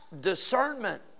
discernment